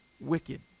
wicked